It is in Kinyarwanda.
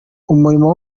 umurimo